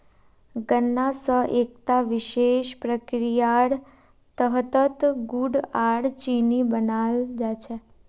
गन्ना स एकता विशेष प्रक्रियार तहतत गुड़ आर चीनी बनाल जा छेक